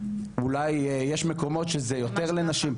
אולי יש מקומות שזה יותר לנשים,